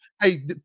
Hey